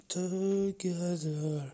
together